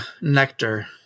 nectar